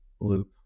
loop